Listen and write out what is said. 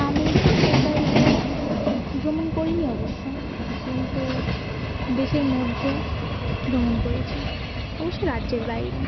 আমি দেশের বাইরে ভ্রমণ করিনি অবশ্য কিন্তু দেশের মধ্যে ভ্রমণ করেছি অবশ্য রাজ্যের বাইরে